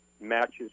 matches